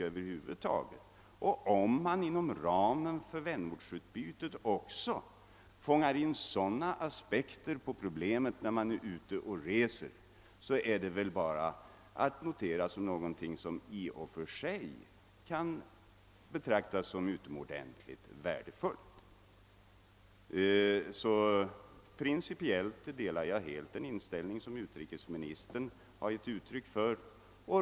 Om man när man är ute och reser inom ramen för vänortsarbetet också fångar in sådana aspekter på problemen, är väl detta bara att notera såsom något i och för sig utomordentligt värdefullt. Principiellt delar jag alltså helt den inställning som utrikesministern givit uttryck för.